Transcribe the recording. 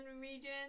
region